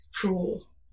cruel